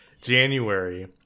January